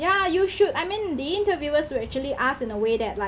ya you should I mean the interviewers will actually ask in a way that like